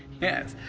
yes,